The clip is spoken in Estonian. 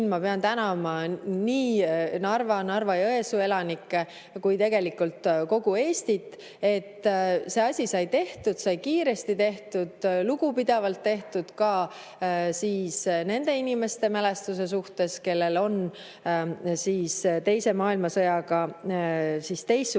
ma pean tänama nii Narva, Narva-Jõesuu elanikke kui ka tegelikult kogu Eestit. See asi sai tehtud, sai kiiresti tehtud, lugupidavalt tehtud ka nende inimeste mälestuse suhtes, kellel on teisele maailmasõjale teistsugused